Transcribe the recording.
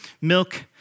Milk